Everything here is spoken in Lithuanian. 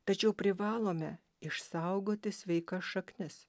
tačiau privalome išsaugoti sveikas šaknis